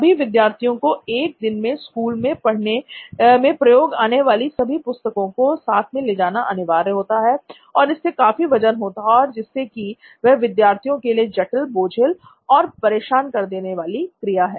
सभी विद्यार्थियों को 1 दिन में स्कूल में पढ़ने में प्रयोग आने वाली सभी पुस्तकों को साथ ले जाना अनिवार्य होता है और इनमें काफी वजन होता है जिससे कि यह विद्यार्थियों के लिए जटिल बोझिल और परेशान कर देने वाली क्रिया है